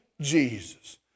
Jesus